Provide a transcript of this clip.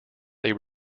they